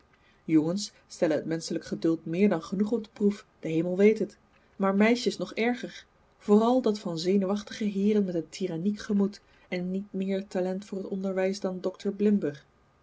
jongens stellen het menschelijk geduld meer dan genoeg op de proef de hemel weet het maar meisjes nog erger vooral dat van zenuwachtige heeren met een tiranniek gemoed en niet meer talent voor het onderwijs dan dr blimber